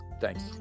Thanks